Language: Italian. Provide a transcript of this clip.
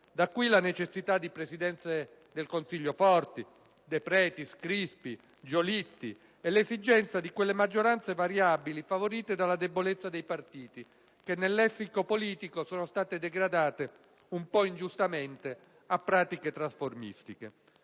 Da qui la necessità di Presidenze del Consiglio forti - Depretis, Crispi, Giolitti - e l'esigenza di quelle maggioranze variabili favorite dalla debolezza dei partiti, che nel lessico politico sono state degradate, un po' ingiustamente, a pratiche trasformistiche.